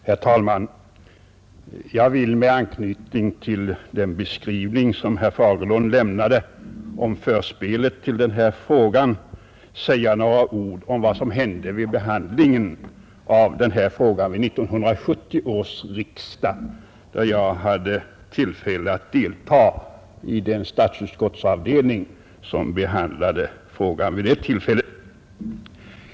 Herr talman! Jag vill med anknytning till den beskrivning som herr Fagerlund lämnade om förspelet till den här frågan säga några ord om vad som hände vid 1970 års riksdag, då jag hade tillfälle att delta i den statsutskottsavdelning som behandlade frågan.